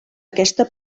aquesta